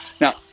Now